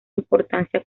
importancia